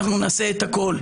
אנחנו נעשה הכל.